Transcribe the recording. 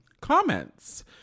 comments